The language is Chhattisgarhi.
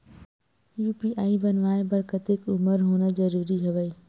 यू.पी.आई बनवाय बर कतेक उमर होना जरूरी हवय?